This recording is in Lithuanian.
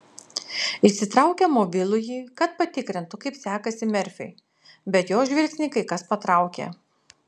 išsitraukė mobilųjį kad patikrintų kaip sekasi merfiui bet jos žvilgsnį kai kas patraukė